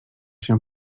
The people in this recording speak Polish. się